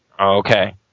Okay